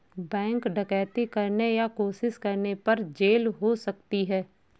bank डकैती करने या कोशिश करने पर जेल हो सकती है